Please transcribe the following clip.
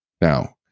Now